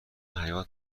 حیات